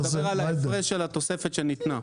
אני מדבר על ההפרש של התוספת שניתנה.